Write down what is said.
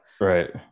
right